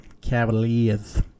Cavaliers